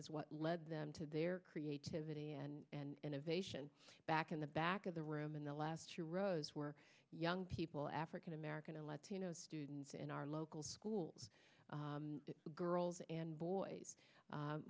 is what led them to their creativity and innovation back in the back of the room in the last year rose were young people african american and latino students in our local schools girls and boys